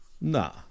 No